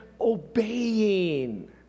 obeying